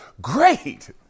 Great